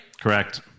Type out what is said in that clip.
Correct